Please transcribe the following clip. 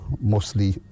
mostly